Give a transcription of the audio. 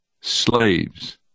slaves